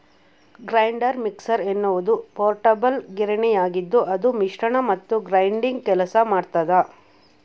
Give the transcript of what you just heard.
grinder mixer ಎನ್ನುವುದು portable ಗಿರಣಿಯಾಗಿದ್ದುಅದು ಮಿಶ್ರಣ ಮತ್ತು ಗ್ರೈಂಡಿಂಗ್ ಕೆಲಸ ಮಾಡ್ತದ